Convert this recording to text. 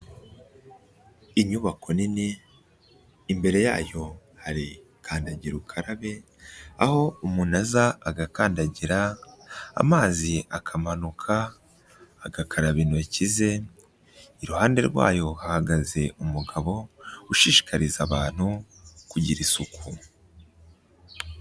Inyubako nini imbere yayo hari kandagira ukarabe, aho umuntu aza agakandagira amazi akamanuka agakaraba intoki ze, iruhande rwayo hahagaze umugabo ushishikariza abantu kugira isuku.